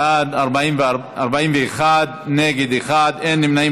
בעד, 41, נגד, אחד, אין נמנעים.